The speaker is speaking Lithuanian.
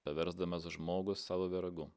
paversdamas žmogų savo vergu